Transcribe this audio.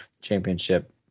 championship